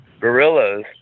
Gorillas